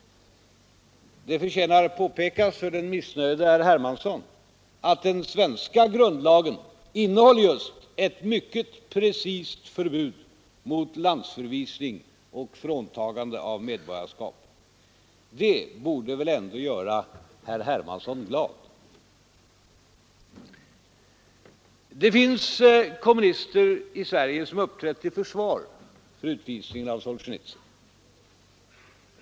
Det förtjänar påpekas för den missnöjde herr Hermansson att den svenska grundlagen innehåller ett mycket precist förbud mot landsförvisning och fråntagande av medborgarskap. Det borde väl ändå göra herr Hermansson glad. Det finns kommunister i Sverige som uppträtt till försvar för utvisningen av Solzjenitsyn.